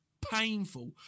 painful